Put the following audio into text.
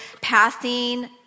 passing